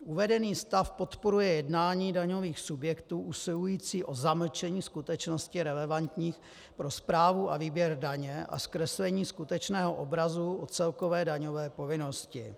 Uvedený stav podporuje jednání daňových subjektů usilujících o zamlčení skutečností relevantních pro správu a výběr daně a zkreslení skutečného obrazu o celkové daňové povinnosti.